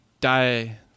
die